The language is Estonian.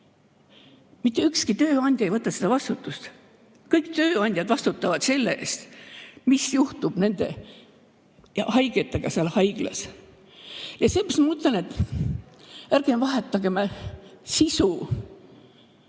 Mitte ükski tööandja ei võta seda vastutust. Kõik tööandjad vastutavad selle eest, mis juhtub nende haigetega seal haiglas. Seepärast ma mõtlen, et ärgem vahetagem sisu